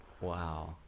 Wow